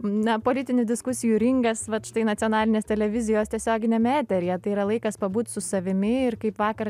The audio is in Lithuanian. na politinių diskusijų ringas vat štai nacionalinės televizijos tiesioginiame eteryje tai yra laikas pabūt su savimi ir kaip vakar